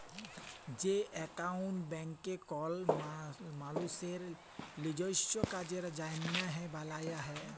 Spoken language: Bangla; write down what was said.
যে একাউল্ট ব্যাংকে কল মালুসের লিজস্য কাজের জ্যনহে বালাল হ্যয়